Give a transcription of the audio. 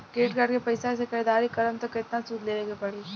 Credit card के पैसा से ख़रीदारी करम त केतना सूद देवे के पड़ी?